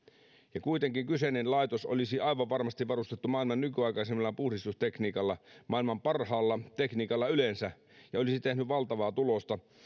kuitenkin kyseinen laitos olisi aivan varmasti varustettu maailman nykyaikaisimmalla puhdistustekniikalla ja maailman parhaalla tekniikalla yleensä ja olisi tehnyt valtavaa tulosta